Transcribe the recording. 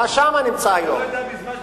אתה נמצא היום שם.